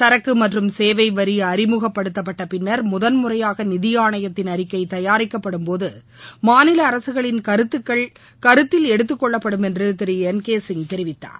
சரக்கு மற்றும் சேவை வரி அறிமுகப்படுத்தப்பட்ட பின்னா் முதல் முறையாக நிதி ஆணையத்தின் அறிக்கை தயாரிக்கப்படும்போது மாநில அரககளின் கருத்துக்கள் கருத்தில் கொள்ளப்படும் என்று திரு என் கே சிங் தெரிவித்தார்